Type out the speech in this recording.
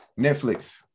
netflix